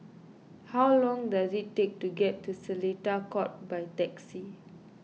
how long does it take to get to Seletar Court by taxi